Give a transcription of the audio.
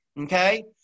Okay